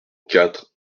quatre